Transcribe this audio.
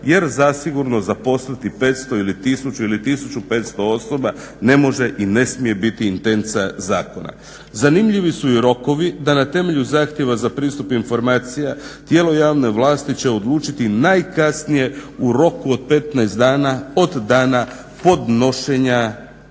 jer zasigurno zaposliti 500 ili 1000 ili 1500 osoba ne može i ne smije biti intenca zakona. Zanimljivi su i rokovi, da na temelju zahtjeva za pristup informacija tijelo javne vlasti će odlučiti najkasnije u roku od 15 dana od dana podnošenja